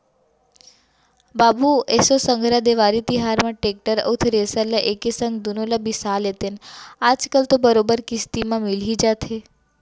बाबू एसो संघरा देवारी तिहार म टेक्टर अउ थेरेसर ल एके संग दुनो ल बिसा लेतेन आज कल तो बरोबर किस्ती म मिल ही जाथे